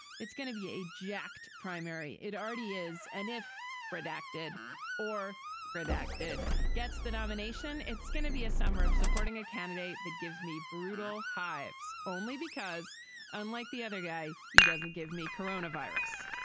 it's going to be a ject primary. it already is. and if redacted or redacted gets the nomination, it's going to be a summer of supporting a candidate. that gives me brutal hive's only because unlike the other guy, he doesn't give me corona virus.